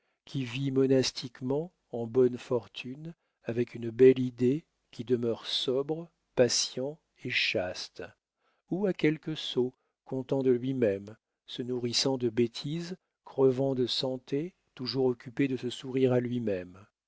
qui vit monastiquement en bonne fortune avec une belle idée qui demeure sobre patient et chaste ou à quelque sot content de lui-même se nourrissant de bêtise crevant de santé toujours occupé de se sourire à lui-même